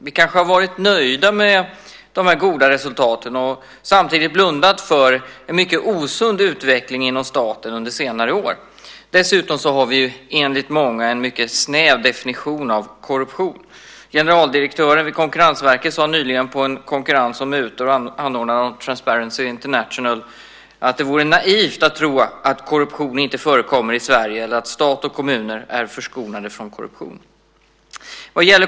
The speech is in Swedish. Vi kanske har varit nöjda med de goda resultaten och samtidigt blundat för en mycket osund utveckling inom staten under senare år. Dessutom har vi, enligt många, en mycket snäv definition av korruption. Generaldirektören vid Konkurrensverket sade nyligen på en konferens om mutor, anordnad av Transparency international att det vore naivt att tro att korruption inte förekommer i Sverige eller att stat och kommuner är förskonade från korruption.